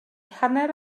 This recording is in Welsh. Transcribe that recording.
hanner